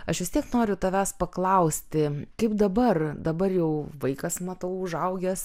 aš vis tiek noriu tavęs paklausti kaip dabar dabar jau vaikas matau užaugęs